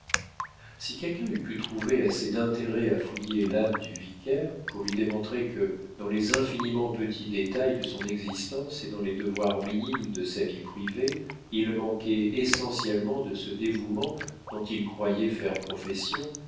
si quelqu'un eût pu trouver assez d'intérêt à fouiller l'âme du vicaire pour lui démontrer que dans les infiniment petits détails de son existence et dans les devoirs minimes de sa vie privée il manquait essentiellement de ce dévouement dont il croyait faire profession